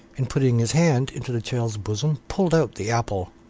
and putting his hand into the child's bosom, pulled out the apple.